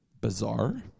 bizarre